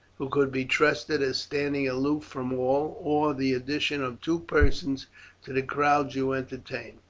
who could be trusted as standing aloof from all, or the addition of two persons to the crowds you entertain.